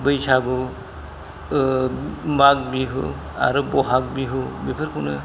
बैसागु माग बिहु आरो बहाग बिहु बेफोरखौनो